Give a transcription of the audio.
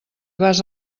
vas